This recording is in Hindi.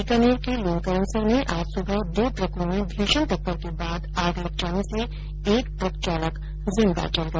बीकानेर में लूणकरणसर में आज सुबह दो ट्रको में भीषण टक्कर के बाद आग लग जाने से एक ट्रक चालक जिंदा जल गया